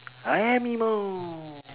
I am emo